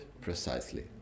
precisely